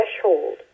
threshold